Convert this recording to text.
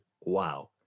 wow